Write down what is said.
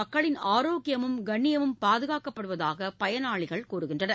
மக்களின் ஆரோக்கியமும் கண்ணியமும் பாதுகாக்கப்படுவதாக பயனாளிகள் தெரிவிக்கின்றனர்